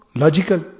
logical